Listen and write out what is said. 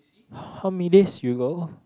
how many days you go